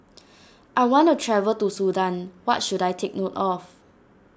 I want to travel to Sudan what should I take note of